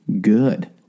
good